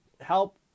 help